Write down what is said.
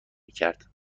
میکرد